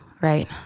right